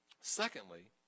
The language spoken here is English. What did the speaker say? Secondly